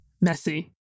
messy